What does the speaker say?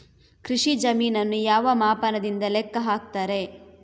ಕೃಷಿ ಜಮೀನನ್ನು ಯಾವ ಮಾಪನದಿಂದ ಲೆಕ್ಕ ಹಾಕ್ತರೆ?